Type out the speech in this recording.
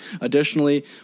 Additionally